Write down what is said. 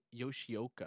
yoshioka